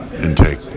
intake